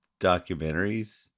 documentaries